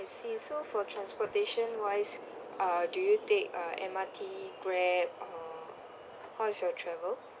see so for transportation wise uh do you take uh M_R_T Grab or how is your travel